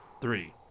Three